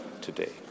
today